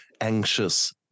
anxious